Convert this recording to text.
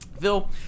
Phil